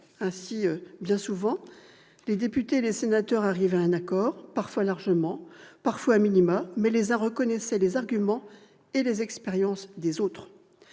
Ainsi, bien souvent, les députés et les sénateurs arrivaient à un accord, parfois largement, parfois, mais les uns reconnaissaient les arguments et les expériences des autres.